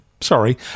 Sorry